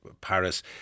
Paris